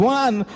one